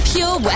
Pure